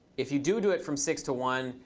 if you do do it from six to one,